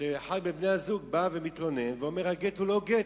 שאחד מבני-הזוג מתלונן ואומר: הגט הוא לא גט.